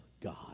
God